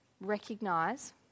recognize